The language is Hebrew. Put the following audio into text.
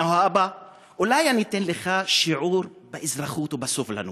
נתניהו האבא: אולי אני אתן לך שיעור באזרחות ובסובלנות.